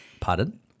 pardon